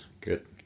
Good